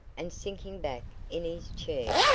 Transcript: and sinking back in his chair,